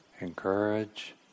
encourage